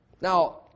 Now